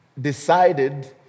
decided